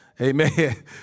Amen